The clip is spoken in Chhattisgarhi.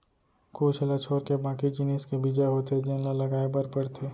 कुछ ल छोरके बाकी जिनिस के बीजा होथे जेन ल लगाए बर परथे